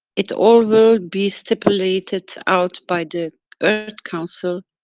it all will be stipulated out by the earth council.